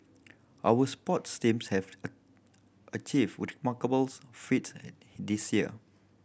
our sports teams have achieved remarkable feats this year